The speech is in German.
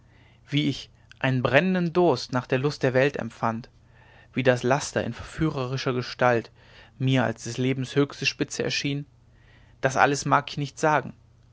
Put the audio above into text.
wie ich einen brennenden durst nach der lust der welt empfand wie das laster in verführerischer gestalt mir als des lebens höchste spitze erschien das alles mag ich nicht sagen